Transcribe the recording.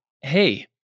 hey